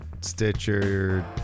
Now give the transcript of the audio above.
Stitcher